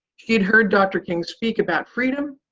she had heard dr. king speak about freedom.